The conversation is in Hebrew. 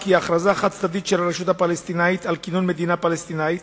כי הכרזה חד-צדדית של הרשות הפלסטינית על כינון מדינה פלסטינית,